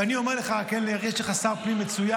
אני אומר לך, קלנר, יש לך שר פנים מצוין.